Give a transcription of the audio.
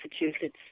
Massachusetts